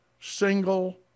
single